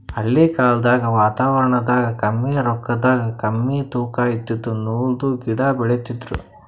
ಹಳಿ ಕಾಲ್ದಗ್ ವಾತಾವರಣದಾಗ ಕಮ್ಮಿ ರೊಕ್ಕದಾಗ್ ಕಮ್ಮಿ ತೂಕಾ ಇದಿದ್ದು ನೂಲ್ದು ಗಿಡಾ ಬೆಳಿತಿದ್ರು